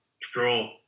Draw